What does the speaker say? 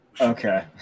Okay